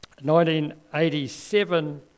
1987